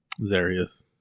Zarius